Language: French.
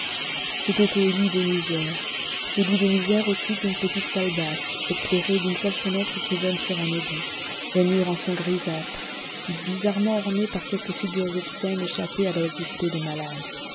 c'était au lit de misère ce lit de misère occupe une petite salle basse éclairée d'une seule fenêtre qui donne sur un égout les murs en sont grisâtres bizarrement ornés par quelques figures obscènes échappées à l'oisiveté des malades